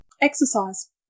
Exercise